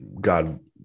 God